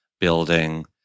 building